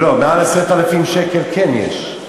לא, מעל 10,000 שקל יש.